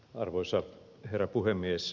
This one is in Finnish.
arvoisa herra puhemies